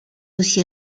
aussi